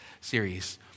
series